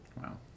Wow